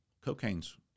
cocaine's